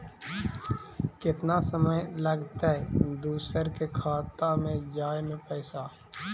केतना समय लगतैय दुसर के खाता में जाय में पैसा?